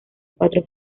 cuatro